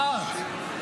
אחת.